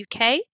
UK